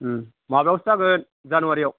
ओम माबायावसो जागोन जानुवारियाव